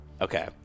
Okay